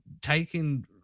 taking